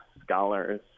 scholars